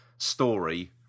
Story